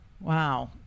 wow